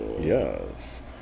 Yes